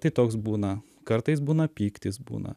tai toks būna kartais būna pyktis būna